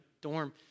dorm